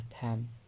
time